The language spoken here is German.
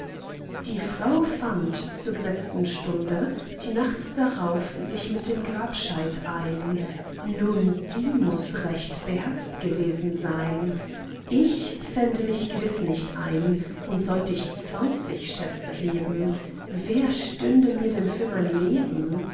die frau fand zur gesetzten stunde die nacht darauf sich mit dem grabscheit ein nun die muß recht beherzt gewesen ein ich fände mich gewiß nicht ein und sollt ich zwanzig schätze heben wer stünde mir denn für mein leben